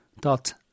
dot